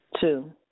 Two